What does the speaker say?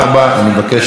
לסעיף 2. אני מבקש להצביע.